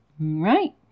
right